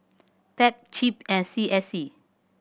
Pei Chip and C S C